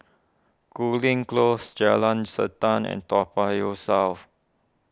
Cooling Close Jalan Siantan and Toa Payoh South